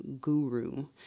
guru